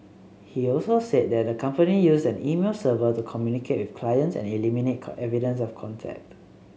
he also said that the company used an email server to communicate with clients and eliminate evidence of contact